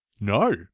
No